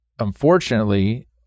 unfortunately